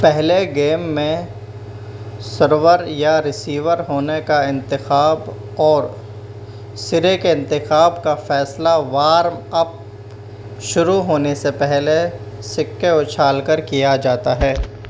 پہلے گیم میں سرور یا ریسیور ہونے کا انتخاب اور سرے کے انتخاب کا فیصلہ وارم اپ شروع ہونے سے پہلے سِکّے اچھال کر کیا جاتا ہے